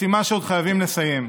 משימה שעוד חייבים לסיים,